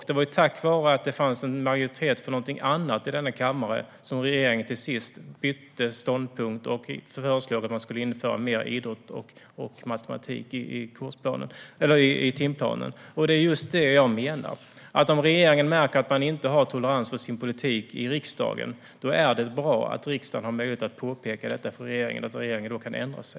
Det var tack vare att det fanns en majoritet för någonting annat i denna kammare som regeringen till sist bytte ståndpunkt och föreslog att man skulle införa mer idrott och matematik i timplanen. Det är just det jag menar, nämligen att om regeringen märker att man inte har tolerans för sin politik i riksdagen är det bra att riksdagen har möjlighet att påpeka detta för regeringen och att regeringen då kan ändra sig.